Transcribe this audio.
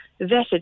vetted